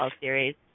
series